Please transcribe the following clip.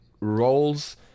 roles